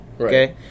okay